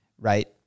right